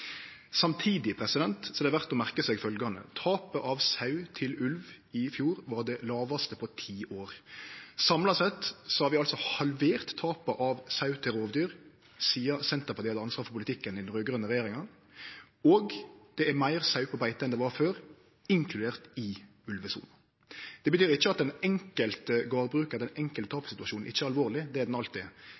Samtidig er det verdt å merkje seg følgjande: Tapet av sau til ulv i fjor var det lågaste på ti år. Samla sett har vi altså halvert tapet av sau til rovdyr sidan Senterpartiet hadde ansvar for politikken i den raud-grøne regjeringa, og det er meir sau på beite enn det var før – inkludert i ulvesona. Det betyr ikkje at den enkelte tapssituasjonen for ein gardbrukar ikkje er alvorleg. Det er det alltid,